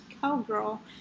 cowgirl